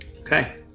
Okay